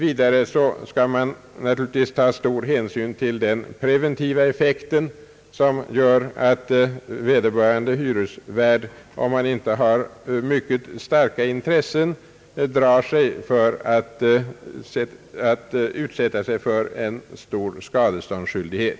Man bör naturligtvis också ta stor hänsyn till den preventiva effekten, som gör att vederbörande hyresvärd drar sig för att utsätta sig för en stor skadeståndsskyldighet.